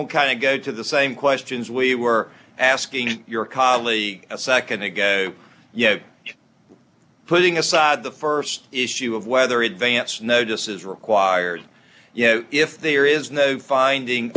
i'm kind of go to the same questions we were asking your colleague a nd ago you know putting aside the st issue of whether advance notice is required you know if there is no finding